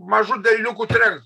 mažu delniuku trenkt